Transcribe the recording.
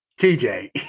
TJ